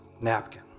napkin